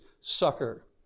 sucker